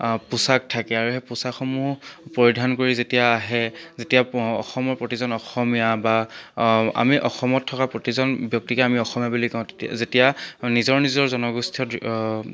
পোচাক থাকে আৰু সেই পোচাকসমূহ পৰিধান কৰি যেতিয়া আহে যেতিয়া অ অসমৰ প্ৰতিজন অসমীয়া বা আমি অসমত থকা প্ৰতিজন ব্যক্তিকে আমি অসমীয়া বুলি কওঁ যেতিয়া নিজৰ নিজৰ জনগোষ্ঠীয়